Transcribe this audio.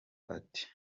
ati